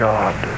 God